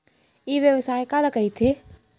ई व्यवसाय काला कहिथे?